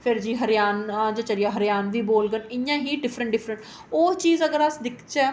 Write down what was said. फिर जियां हरियाणा च चली जाऔ हरियाणवी बोलङन इ'यां ही डिफरेंट डिफरेंट ओह् चीज अगर अस दिखचै